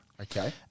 Okay